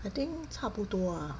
I think 差不多啊